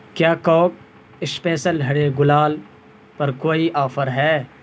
کیا کاک اشپیسل ہرے گلال پر کوئی آفر ہے